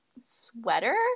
sweater